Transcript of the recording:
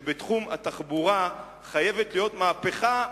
שבתחום התחבורה חייבת להיות מהפכה,